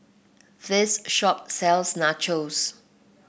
this shop sells Nachos